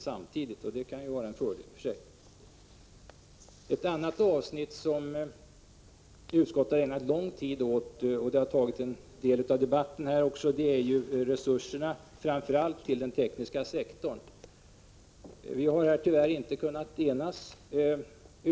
Detta kan i och för sig vara en fördel. Ett annat avsnitt som utskottet har ägnat mycken tid åt och som även tagit en del av debatten här i anspråk gäller resurserna framför allt för den tekniska sektorn. Vi har tyvärr inte kunnat enas härvidlag.